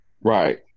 Right